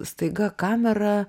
staiga kamera